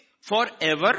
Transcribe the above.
forever